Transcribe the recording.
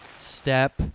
step